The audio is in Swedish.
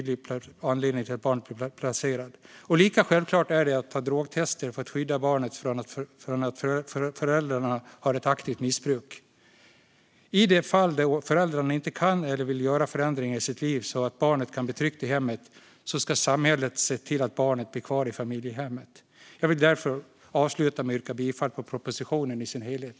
Lika självklart är det att ta drogtester för att skydda barnet om föräldrarna har ett aktivt missbruk. I det fall föräldrarna inte kan eller vill göra förändringar i sina liv så att barnet kan bli tryggt i hemmet ska samhället se till att barnet blir kvar i familjehemmet. Jag vill därför avsluta med att yrka bifall till propositionen i dess helhet.